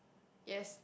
yes